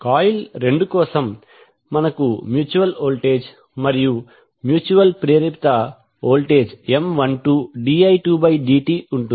coil రెండు కోసం మనకు మ్యూచువల్ వోల్టేజ్ మరియు మ్యూచువల్ ప్రేరిత వోల్టేజ్ M12di2dt ఉంటుంది